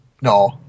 No